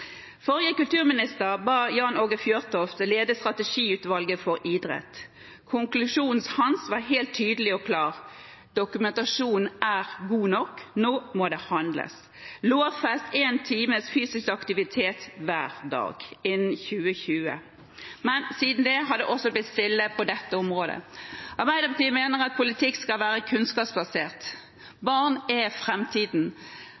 Forrige kulturminister ba Jan Åge Fjørtoft lede Strategiutvalget for idrett. Konklusjonen hans var helt tydelig og klar: Dokumentasjonen er god nok. Nå må det handles. Lovfest en times fysisk aktivitet hver dag innen 2020. Men siden det har det blitt stille også på dette området. Arbeiderpartiet mener at politikk skal være